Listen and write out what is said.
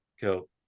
cool